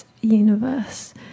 universe